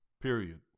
Period